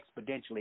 exponentially